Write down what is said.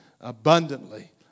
abundantly